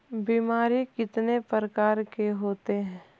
बीमारी कितने प्रकार के होते हैं?